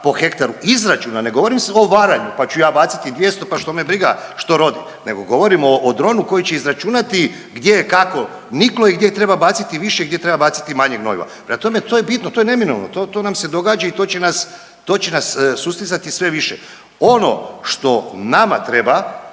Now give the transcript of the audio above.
po hektaru izračuna, ne govorim o varanju pa ću ja baciti 200 pa što me briga što rodi, nego govorimo o dronu koji će izračunati gdje je kako niklo i gdje treba baciti više i gdje treba baciti manje gnojiva. Prema tome, to je bitno, to je neminovno, to nam se događa i to će nas sustizati sve više. Ono što nama treba